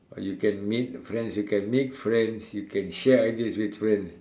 well you can meet friends you can make friends you can share ideas with friends